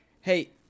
Hey